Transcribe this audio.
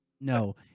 No